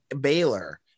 Baylor